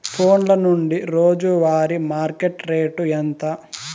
ఫోన్ల నుండి రోజు వారి మార్కెట్ రేటు ఎంత?